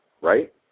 right